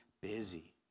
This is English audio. busy